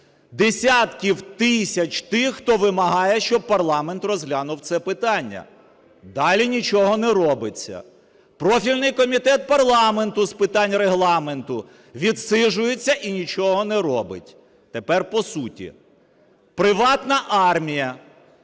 десятків тисяч тих, хто вимагає, щоб парламент розглянув це питання. Далі нічого не робиться. Профільний Комітет парламенту з питань Регламенту відсиджується і нічого не робить. Тепер по суті. Приватна армія,